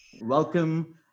Welcome